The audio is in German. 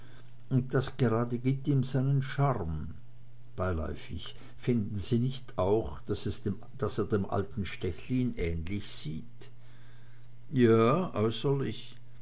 und das gerade gibt ihm seinen charme beiläufig finden sie nicht auch daß er dem alten stechlin ähnlich sieht ja äußerlich